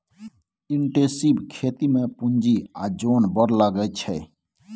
intensive खेती मे पुंजी आ जोन बड़ लगै छै